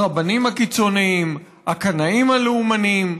הרבנים הקיצוניים, הקנאים הלאומנים.